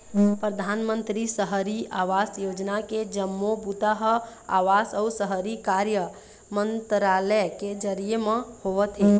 परधानमंतरी सहरी आवास योजना के जम्मो बूता ह आवास अउ शहरी कार्य मंतरालय के जरिए म होवत हे